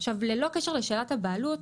ללא קשר לשאלת הבעלות,